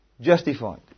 justified